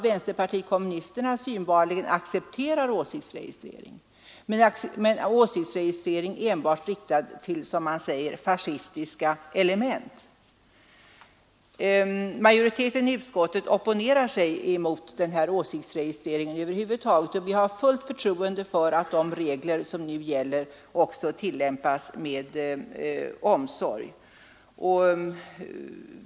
Vänsterpartiet kommunisterna accepterar synbarligen åsiktsregistrering men då enbart riktad mot, som man säger, fascistiska element. Utskottsmajoriteten opponerar sig mot åsiktsregistrering över huvud taget. Vi har fullt förtroende för att nu gällande regler tillämpas med omsorg.